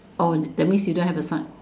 oh that means you don't have the sign